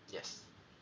yes